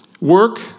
Work